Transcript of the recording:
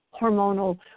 hormonal